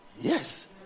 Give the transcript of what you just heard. Yes